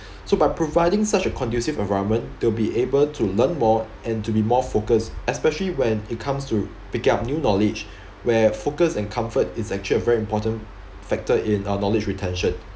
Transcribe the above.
so by providing such a conducive environment they'll be able to learn more and to be more focused especially when it comes to picking up new knowledge where focus and comfort is actually a very important factor in uh knowledge retention